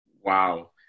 Wow